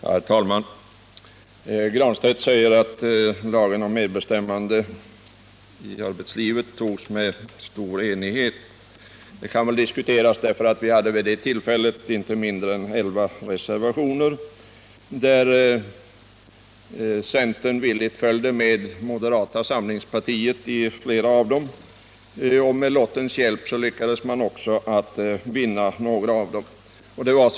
Herr talman! Pär Granstedt säger att lagen om medbestämmande i arbetslivet togs med stor enighet. Det kan väl diskuteras, för vid det tillfället fanns inte mindre än 11 reservationer — centern följde villigt med moderata samlingspartiet i flera av dem — och med lottens hjälp lyckades reservanterna också vinna i flera fall.